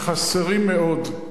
שחסרים מאוד.